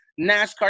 NASCAR